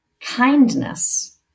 Kindness